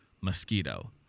mosquito